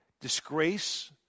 Disgrace